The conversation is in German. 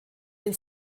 den